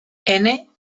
kendall